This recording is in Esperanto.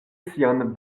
sian